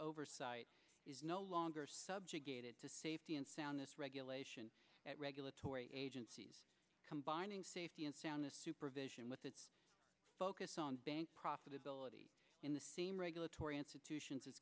oversight is no longer subjugated to safety and soundness reg elation at regulatory agencies combining safety and soundness supervision with a focus on bank profitability in the same regulatory institutions